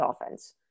offense